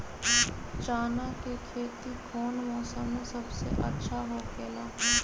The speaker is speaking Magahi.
चाना के खेती कौन मौसम में सबसे अच्छा होखेला?